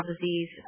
Disease